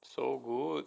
so good